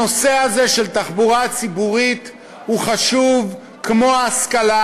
הנושא של תחבורה ציבורית הוא חשוב כמו ההשכלה,